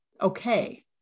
okay